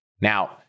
Now